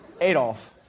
Adolf